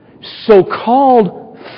so-called